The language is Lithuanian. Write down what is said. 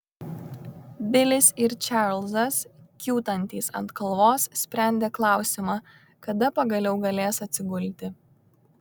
bilis ir čarlzas kiūtantys ant kalvos sprendė klausimą kada pagaliau galės atsigulti